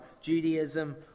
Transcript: Judaism